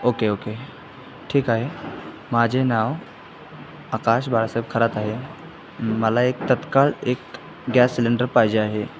okay okay ठीक आहे माझे नाव आकाश बाळासाहेब खरात आहे मला एक तत्काळ एक गॅस सिलेंडर पाहिजे आहे